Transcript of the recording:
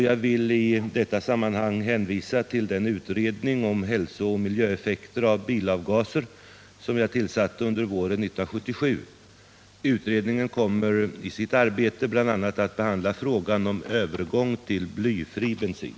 Jag vill i detta sammanhang hänvisa till den I utredning om hälsooch miljöeffekter av bilavgaser som jag tillsatte under våren 1977. Utredningen kommer i sitt arbete bl.a. att behandla frågan om | övergång till blyfri bensin.